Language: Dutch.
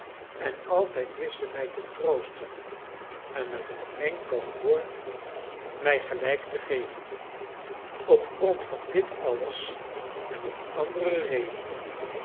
en altijd wist ze mij te troosten en met een enkel woord mij gelijk te geven op grond van dit alles en om andere redenen